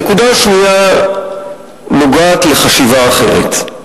הנקודה השנייה נוגעת לחשיבה אחרת.